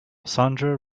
sandra